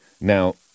now